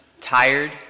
Tired